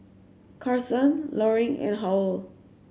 Carsen Loring and Howell